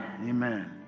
Amen